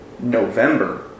November